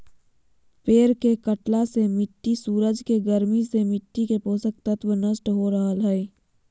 पेड़ के कटला से मिट्टी सूरज के गर्मी से मिट्टी के पोषक तत्व नष्ट हो रहल हई